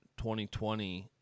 2020